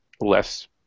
less